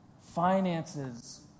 finances